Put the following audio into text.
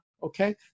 Okay